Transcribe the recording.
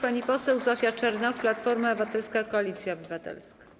Pani poseł Zofia Czernow, Platforma Obywatelska - Koalicja Obywatelska.